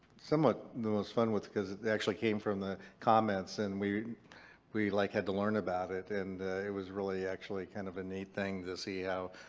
somewhat the most fun with, because they actually came from the comments and we we like had to learn about it and it was really actually kind of a neat thing to see how